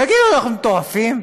תגידו, אנחנו מטורפים?